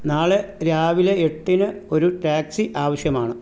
നാളെ രാവിലെ എട്ടിന് ഒരു ടാക്സി ആവശ്യമാണ്